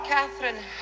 Catherine